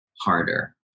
harder